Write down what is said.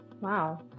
Wow